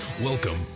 Welcome